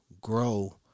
Grow